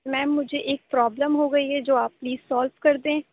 میم مجھے ایک پرابلم ہو گئی ہے جو آپ پلیز سالو کر دیں